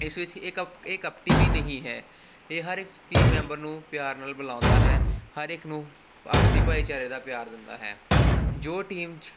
ਇਸ ਵਿੱਚ ਇਹ ਕਪ ਇਹ ਕਪਟੀ ਵੀ ਨਹੀਂ ਹੈ ਇਹ ਹਰ ਇੱਕ ਟੀਮ ਮੈਂਬਰ ਨੂੰ ਪਿਆਰ ਨਾਲ ਬੁਲਾਉਂਦਾ ਹੈ ਹਰ ਇੱਕ ਨੂੰ ਆਪਸੀ ਭਾਈਚਾਰੇ ਦਾ ਪਿਆਰ ਦਿੰਦਾ ਹੈ ਜੋ ਟੀਮ 'ਚ